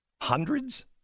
Hundreds